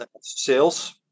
sales